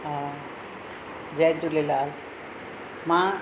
हा जय झूलेलाल मां